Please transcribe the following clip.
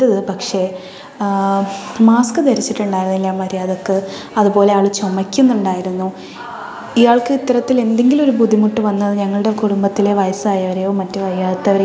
പക്ഷെ മാസ്ക് ധരിച്ചിട്ടുണ്ടായിരുന്നില്ല മര്യാദക്ക് അതുപോലെ ആള് ചുമക്കുന്നുണ്ടായിരുന്നു ഇയാൾക്കിത്തരത്തിൽ എന്തെങ്കിലും ഒരു ബുദ്ധിമുട്ട് വന്നത് ഞങ്ങളുടെ കുടുംബത്തിലെ വയസായവരെയോ മറ്റ് വയ്യാത്തവരെയോ